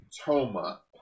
Toma